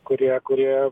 kurie kurie